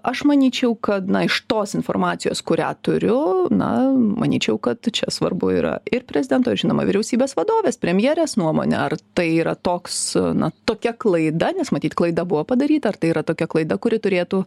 aš manyčiau kad iš tos informacijos kurią turiu na manyčiau kad čia svarbu yra ir prezidento žinoma vyriausybės vadovės premjerės nuomonė ar tai yra toks na tokia klaida nes matyt klaida buvo padaryta ar tai yra tokia klaida kuri turėtų